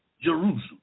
Jerusalem